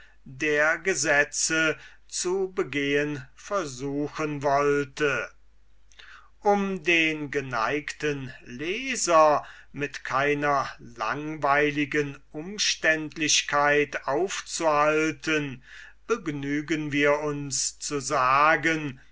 der gesetze zu begehen versuchen wollte um den geneigten leser mit keiner langweiligen umständlichkeit aufzuhalten begnügen wir uns zu sagen